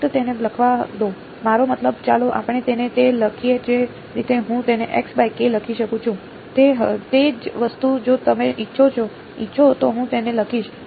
ફક્ત તેને લખવા દો મારો મતલબ ચાલો આપણે તેને તે લખીએ જે રીતે હું તેને લખી શકું છું તે જ વસ્તુ જો તમે ઇચ્છો તો હું તેને લખીશ